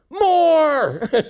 more